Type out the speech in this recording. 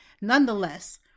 nonetheless